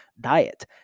diet